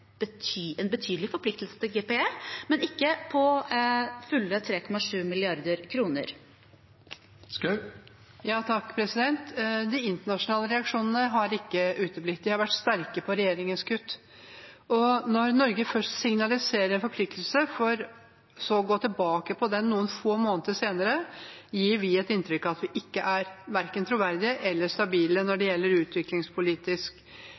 en betydelig forpliktelse til GPE, men ikke på fulle 3,7 mrd. kr. De internasjonale reaksjonene har ikke uteblitt, de har vært sterke på regjeringens kutt. Når Norge først signaliserer en forpliktelse for så å gå tilbake på den noen få måneder senere, gir vi et inntrykk av at vi ikke er troverdige eller stabile